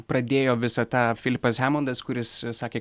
pradėjo visą tą filipas hemondas kuris sakė